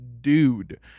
dude